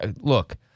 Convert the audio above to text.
look